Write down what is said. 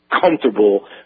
comfortable